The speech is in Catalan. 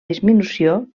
disminució